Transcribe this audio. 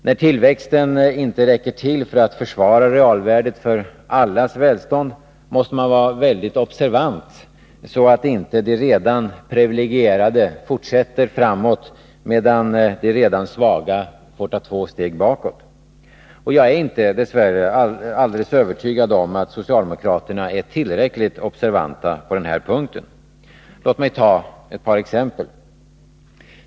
När tillväxten inte räcker till för att försvara realvärdet för allas välstånd måste man vara väldigt observant, så att inte de redan privilegierade fortsätter framåt, medan de redan svaga får ta två steg bakåt. Jag är dess värre inte alldeles övertygad om att socialdemokraterna är tillräckligt observanta på denna punkt. Låt mig ta ett par exempel.